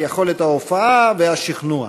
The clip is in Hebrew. יכולת ההופעה והשכנוע.